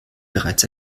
bereits